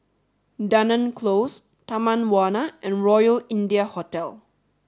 Dunearn Close Taman Warna and Royal India Hotel